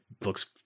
looks